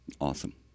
Awesome